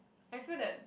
I feel that